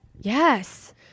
Yes